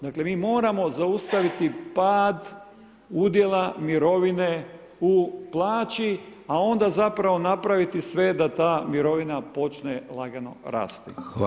Dakle mi moramo zaustaviti pad udjela mirovine u plaći a onda zapravo napraviti sve da ta mirovina počne lagano rasti.